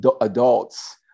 adults